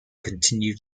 continued